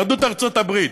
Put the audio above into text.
יהדות ארצות הברית.